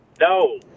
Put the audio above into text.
No